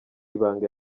ibanga